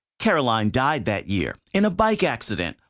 caroline died that year in a bike accident,